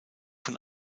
von